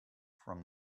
from